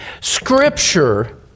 Scripture